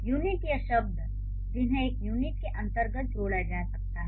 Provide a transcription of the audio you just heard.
unit या शब्द जिन्हें एक यूनिट के अंतर्गत जोड़ा जा सकता है